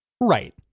Right